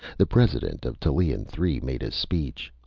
the president of tallien three made a speech.